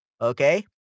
Okay